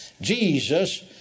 Jesus